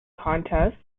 contests